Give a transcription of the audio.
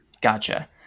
Gotcha